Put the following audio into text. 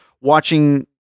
watching